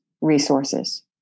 resources